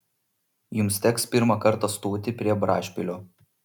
jums teks pirmą kartą stoti prie brašpilio